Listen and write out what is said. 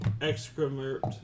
Excrement